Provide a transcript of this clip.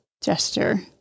gesture